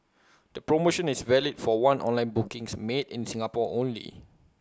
the promotion is valid for one online bookings made in Singapore only